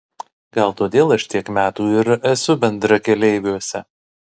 gal todėl aš tiek metų ir esu bendrakeleiviuose